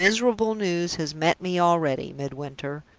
miserable news has met me already, midwinter.